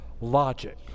logic